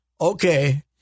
okay